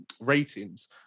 ratings